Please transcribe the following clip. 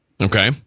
Okay